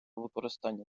використання